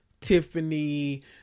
Tiffany